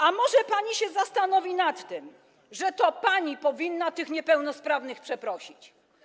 A może pani się zastanowi nad tym, że to pani powinna tych niepełnosprawnych przeprosić?